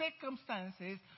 circumstances